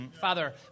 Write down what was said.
Father